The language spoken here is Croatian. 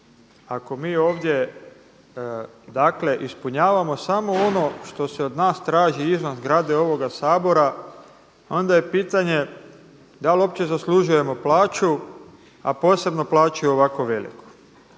Ako mi ovdje, dakle ispunjavamo samo ono što se od nas traži izvan zgrade ovoga Sabora onda je pitanje da li uopće zaslužujemo plaću, a posebno plaću ovako veliku.